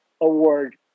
award